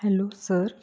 hello sir